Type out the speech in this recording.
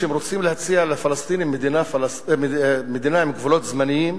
שהם רוצים להציע לפלסטינים מדינה עם גבולות זמניים,